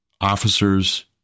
officers